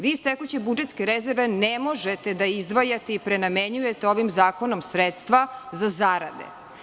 Vi iz tekuće budžetske rezerve ne možete da izdvajate i prenamenjujete ovim zakonom sredstva za zarade.